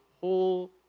whole